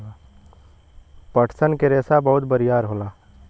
पटसन क रेसा बहुत बरियार होला